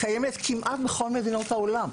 קיימת כמעט בכל מדינות העולם,